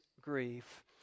grief